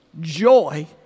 joy